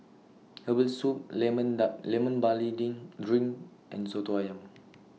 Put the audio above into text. Herbal Soup Lemon Barley Ding Drink and Soto Ayam